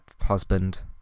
husband